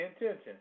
intention